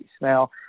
Now